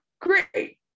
Great